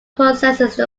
possesses